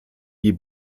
wie